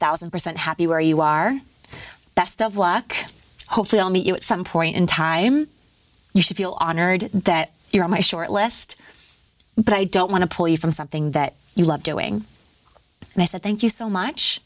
thousand percent happy where you are best of luck hopefully i'll meet you at some point in time you should feel honored that you're on my short list but i don't want to play from something that you love doing and i said thank you so much